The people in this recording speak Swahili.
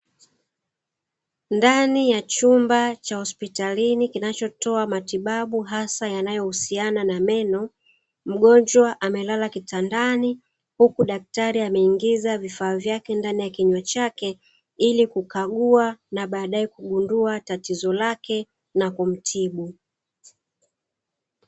Ndani ya chumba cha hospitalini kinachotoa matibabu yanayohusiana na meno, mgonjwa amelala kitandani huku daktari ameingiza vifaa vyake ndani ya kinywa chake, ili kukagua na baadae kugundua tatizo lake na kumtibu.